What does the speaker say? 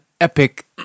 epic